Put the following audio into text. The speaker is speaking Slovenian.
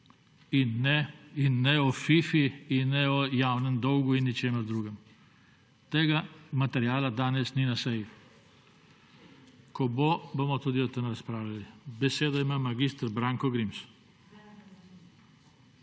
Ne o Fifi, ne o javnem dolgu in ničemer drugem. Tega materiala danes ni na seji. Ko bo, bomo tudi o tem razpravljali. Besedo ima mag. Branko Grims.